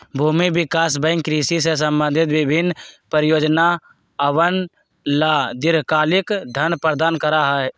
भूमि विकास बैंक कृषि से संबंधित विभिन्न परियोजनअवन ला दीर्घकालिक धन प्रदान करा हई